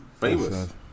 Famous